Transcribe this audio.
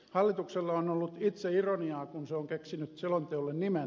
hallituksella on ollut itseironiaa kun se on keksinyt selonteolle nimen